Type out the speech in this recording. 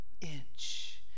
inch